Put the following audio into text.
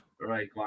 Right